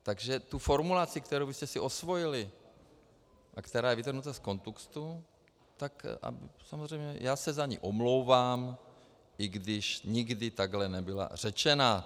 Takže tu formulaci, kterou jste si osvojili a která je vytržena z kontextu, tak samozřejmě já se za ni omlouvám, i když nikdy takhle nebyla řečena.